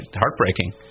heartbreaking